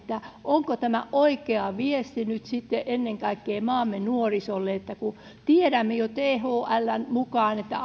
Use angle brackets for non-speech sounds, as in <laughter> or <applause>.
onko tämä oikea viesti nyt sitten ennen kaikkea maamme nuorisolle kun tiedämme jo thln mukaan että <unintelligible>